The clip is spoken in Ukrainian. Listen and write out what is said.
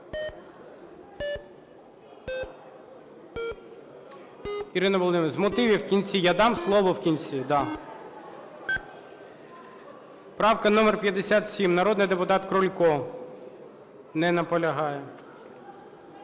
Ірина Володимирівна, з мотивів, в кінці. Я дам слово в кінці. 13:46:59 За-86 Правка номер 57, народний депутат Крулько. Не наполягає.